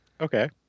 Okay